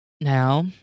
Now